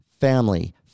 family